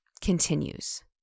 continues